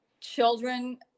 Children